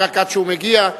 עד שהוא מגיע,